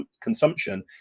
consumption